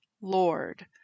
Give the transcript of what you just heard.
Lord